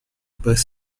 both